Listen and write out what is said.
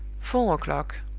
four o'clock